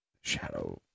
Shadow